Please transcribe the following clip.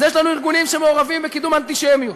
אז יש לנו ארגונים שמעורבים בקידום אנטישמיות,